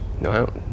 No